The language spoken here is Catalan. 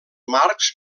marcs